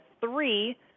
three